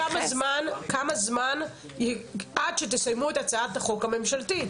אני רוצה להבין כמה זמן עד שתסיימו את הצעת החוק הממשלתית?